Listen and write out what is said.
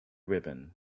ribbon